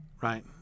right